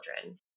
children